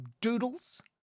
doodles